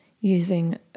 using